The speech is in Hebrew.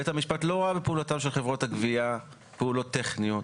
בית המשפט לא ראה בפעולתן של חברות הגבייה פעולות טכניות.